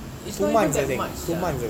it's not even that much sia